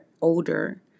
older